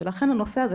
לכן הנושא הזה